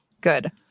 Good